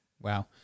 wow